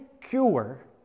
cure